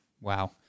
Wow